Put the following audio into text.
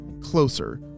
closer